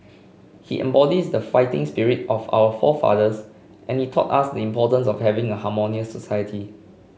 he embodies the fighting spirit of our forefathers and he taught us the importance of having a harmonious society